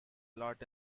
lot